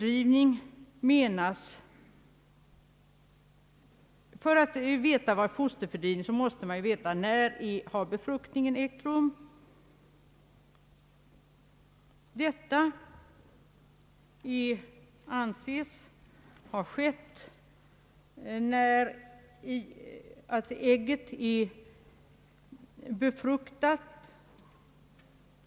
För att avgöra vad som är fosterfördrivning måste man veta när befruktning har ägt rum.